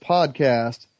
Podcast